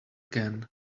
again